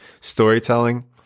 storytelling